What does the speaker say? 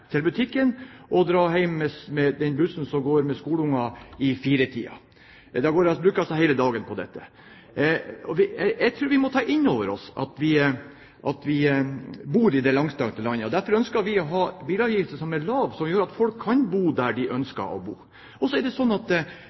til butikken og dra hjem med den bussen som kjører skolebarn, ved 16-tiden. Da bruker jeg altså hele dagen på dette. Jeg tror vi må ta inn over oss at vi bor i et langstrakt land. Derfor ønsker vi å ha lave bilavgifter, som gjør at folk kan bo der de ønsker å bo. Så er det slik at